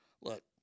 Look